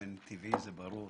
באופן טבעי זה ברור,